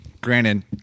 granted